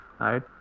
right